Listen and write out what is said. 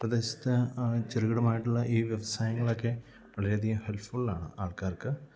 പ്രദേശത്തെ ചെറുകിടമായിട്ടുള്ള ഈ വ്യവസായങ്ങള് ഒക്കെ വളരെയധികം ഹെല്പ്ഫുള് ആണ് ആള്ക്കാര്ക്ക്